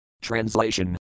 Translation